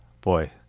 boy